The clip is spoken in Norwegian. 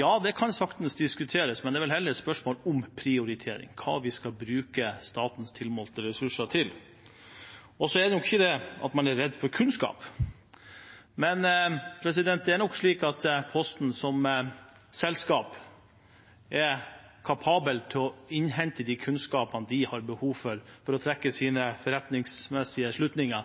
Ja, det kan saktens diskuteres om dette er en verdidebatt, men det er vel heller et spørsmål om prioritering – hva vi skal bruke statens tilmålte ressurser til. Det er nok ikke det at man er redd for kunnskap, men Posten som selskap er nok kapabel til å innhente den kunnskapen de har behov for, for å trekke sine forretningsmessige slutninger,